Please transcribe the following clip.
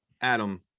Adam